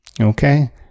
Okay